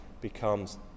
becomes